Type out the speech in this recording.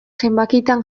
zenbakitan